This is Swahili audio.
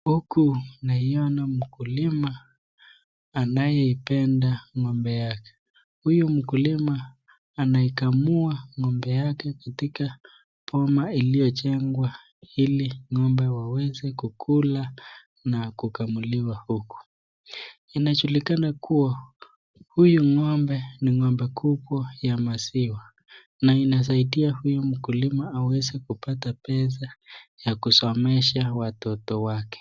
Huku naiona mkulima anayeipenda ng'ombe yake. Huyu mkulima anaikamua ng'ombe yale katika boma iliyojengwa ili ng'ombe waweze kukula na kukamuliwa huku. Inajulikana kuwa huyu ng'ombe ni ng'ombe kubwa ya maziwa na imasaidia hiyu mkulima aweze kupata pesa ya kusomesha watoto wake.